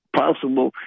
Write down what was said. possible